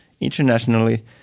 internationally